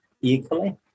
equally